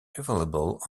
available